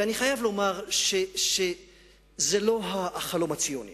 ואני חייב לומר שזה לא החלום הציוני